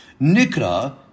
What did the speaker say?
nikra